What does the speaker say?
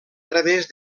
través